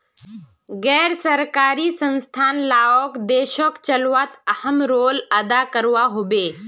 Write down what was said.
गैर सरकारी संस्थान लाओक देशोक चलवात अहम् रोले अदा करवा होबे